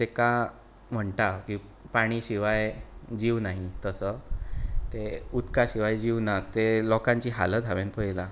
तेका म्हणटा की पाणी शिवाय जीव नाही तसो ते उदका शिवाय जीव ना ते लोकांची हालत हांवेन पळयलां